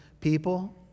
people